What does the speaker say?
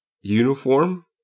uniform